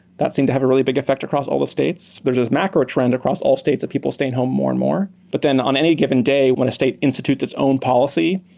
that seemed to have a really big effect across all the states. there's this macro trend across all states of people staying home more and more. but then on any given day when the state institutes its own policy,